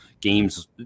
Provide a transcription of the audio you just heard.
Games